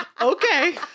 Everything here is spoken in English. okay